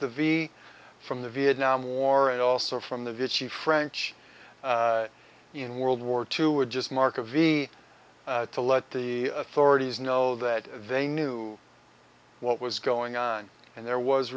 the v from the vietnam war and also from the vid she french in world war two were just mark of e to let the authorities know that they knew what was going on and there was